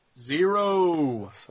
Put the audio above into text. Zero